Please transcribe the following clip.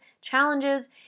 challenges